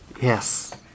Yes